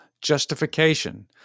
justification